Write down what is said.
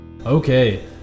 Okay